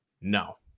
No